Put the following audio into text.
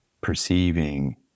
perceiving